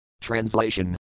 Translation